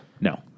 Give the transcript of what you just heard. no